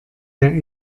der